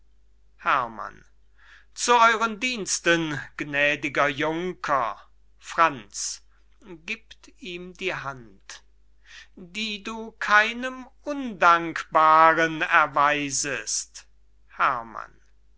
herrmann zu euren diensten gnädiger junker franz gibt ihm die hand die du keinem undankbaren erweisest herrmann